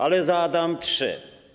Ale zadam trzy.